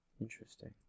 Interesting